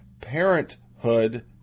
Parenthood